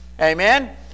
amen